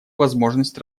возможность